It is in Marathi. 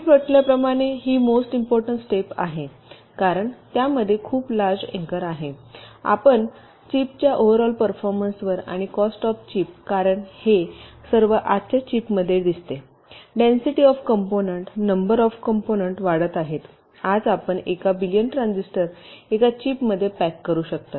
मी म्हटल्याप्रमाणे ही मोस्ट इम्पॉर्टन्ट स्टेप आहे कारण त्यामध्ये खूप लार्ज इंकरआहे आपण चिपच्या ओव्हरऑल परफॉर्मन्सवर आणि कॉस्ट ऑफ चिप कारण हे सर्व आजच्या चिप मध्ये दिसतेडेन्सिटी of component number of component वाढत आहे आज आपण एका बिलियन ट्रान्झिस्टर एका चिपमध्ये पॅक करू शकता